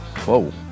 whoa